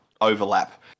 overlap